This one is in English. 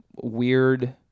weird